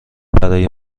برای